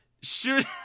shoot